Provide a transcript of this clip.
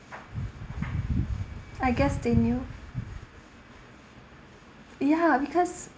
I guess they knew ya because